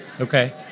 Okay